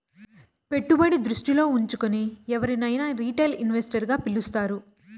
పెట్టుబడి దృష్టిలో ఉంచుకుని ఎవరినైనా రిటైల్ ఇన్వెస్టర్ గా పిలుస్తారు